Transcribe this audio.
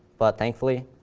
but thankfully,